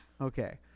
Okay